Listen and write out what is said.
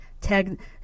Tag